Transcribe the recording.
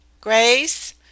Grace